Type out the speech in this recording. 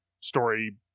story